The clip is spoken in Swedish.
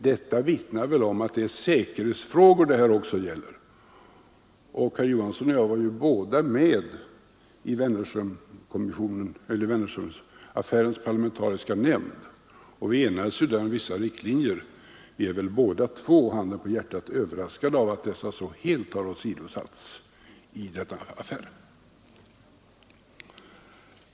Det vittnar väl om att det också är säkerhetsfrågor det gäller. Herr Johansson och jag var båda med i Wennerströmaffärens parlamentariska nämnd, och vi enades där om vissa riktlinjer. Vi är väl båda två — handen på hjärtat! — överraskade över att dessa så fullständigt har åsidosatts i denna affär.